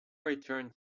returned